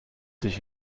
sich